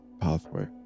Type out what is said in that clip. pathway